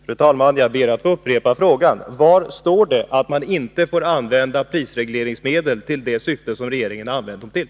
Fru talman! Jag ber att få upprepa frågan: Var står det att man inte får använda prisregleringsmedel för det syfte som regeringen har använt dem till?